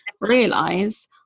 realize